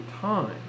time